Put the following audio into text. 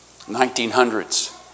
1900s